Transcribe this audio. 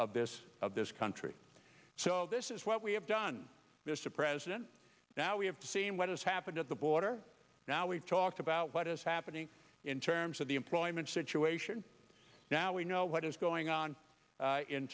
of this of this country so this is what we have done mr president now we have seen what has happened at the border now we talked about what is happening in terms of the employment situation now we know what is going on